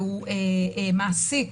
והוא מעסיק